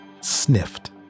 sniffed